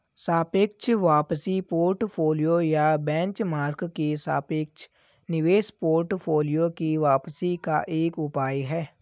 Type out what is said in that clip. सापेक्ष वापसी पोर्टफोलियो या बेंचमार्क के सापेक्ष निवेश पोर्टफोलियो की वापसी का एक उपाय है